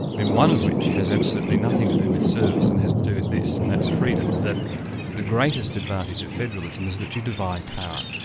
and one of has absolutely nothing to do with service and has to do with this, and that's freedom that the greatest advantage of federalism is that you divide power.